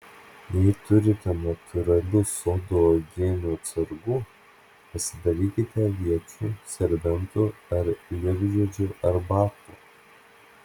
jei turite natūralių sodo uogienių atsargų pasidarykite aviečių serbentų ar liepžiedžių arbatų